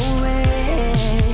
Away